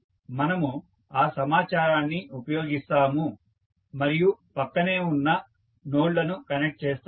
మనము ఆ సమాచారాన్ని ఉపయోగిస్తాము మరియు ప్రక్కనే ఉన్న నోడ్లను కనెక్ట్ చేస్తాము